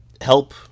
help